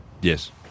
Yes